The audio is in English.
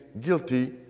guilty